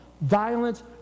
Violence